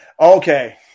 Okay